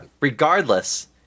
Regardless